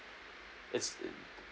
it's